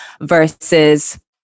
versus